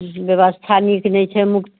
व्यवस्था नीक नहि छै